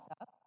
Up